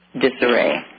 disarray